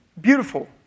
Beautiful